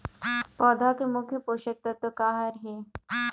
पौधा के मुख्य पोषकतत्व का हर हे?